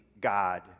God